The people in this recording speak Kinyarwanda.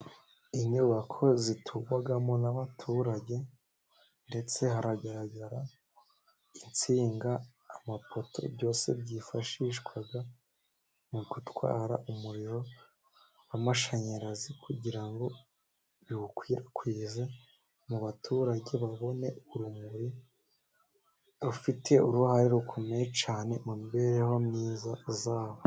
Inyubako ziturwamo n'abaturage, ndetse haragaragara insinga, amapoto, byose byifashishwa mu gutwara umuriro w'amashanyarazi, kugira ngo biwukwirakwize mu baturage, babone urumuri, rufite uruhare rukomeye cyane, mu mibereho myiza yabo.